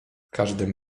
każdym